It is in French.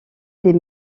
des